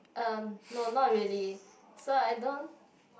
uh no not really so I don't